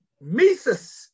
Mises